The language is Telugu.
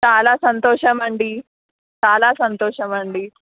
చాలా సంతోషమండి చాలా సంతోషమండి